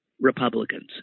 Republicans